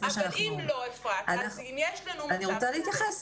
אני אתייחס.